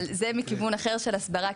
אבל זה מכיוון אחר של הסברה,